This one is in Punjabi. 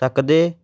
ਸਕਦੇ